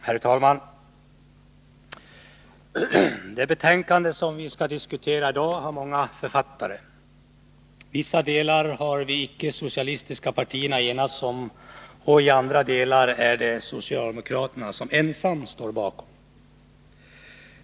Herr talman! Det betänkande som vi skall diskutera i dag har många författare. Vissa delar har vi inom de icke-socialistiska partierna enats om, och andra delar står socialdemokraterna ensamma bakom.